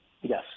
Yes